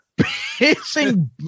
Pissing